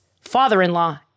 father-in-law